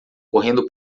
correndo